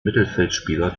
mittelfeldspieler